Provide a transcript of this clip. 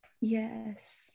Yes